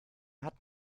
hat